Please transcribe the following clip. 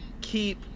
keep